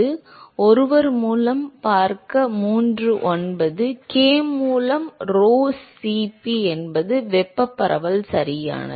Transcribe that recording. மாணவர் ஒருவர் மூலம் கே மூலம் rho Cp என்பது வெப்ப பரவல் சரியானது